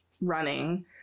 running